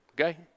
Okay